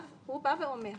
הוא אמר: